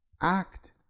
act